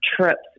trips